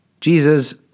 Jesus